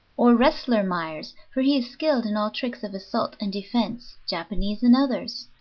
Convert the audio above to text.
or wrestler myers, for he is skilled in all tricks of assault and defense, japanese and others,